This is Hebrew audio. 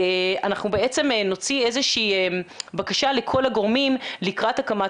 אנחנו נוציא איזו שהיא בקשה לכל הגורמים לקראת הקמת